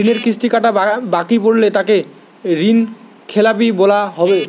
ঋণের কিস্তি কটা বাকি পড়লে তাকে ঋণখেলাপি বলা হবে?